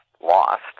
lost